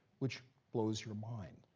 which blows your mind,